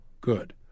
Good